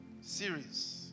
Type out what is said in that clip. series